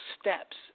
steps